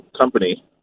company